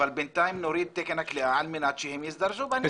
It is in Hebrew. אבל בינתיים נוריד את תקן הכליאה על מנת שהם יזדרזו בעניין הזה.